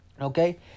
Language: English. Okay